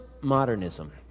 modernism